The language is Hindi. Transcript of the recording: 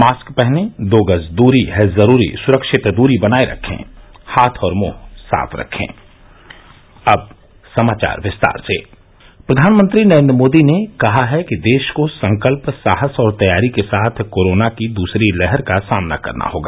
मास्क पहनें दो गज दूरी है जरूरी सुरक्षित दूरी बनाये रखें हाथ और मुंह साफ रखें प्रधानमंत्री नरेन्द्र मोदी ने कहा है कि देश को संकल्प साहस और तैयारी के साथ कोरोना की दूसरी लहर का सामना करना होगा